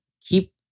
keep